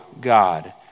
God